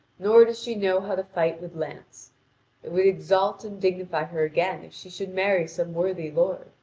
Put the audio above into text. nor does she know how to fight with lance. it would exalt and dignify her again if she should marry some worthy lord.